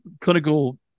clinical